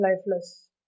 lifeless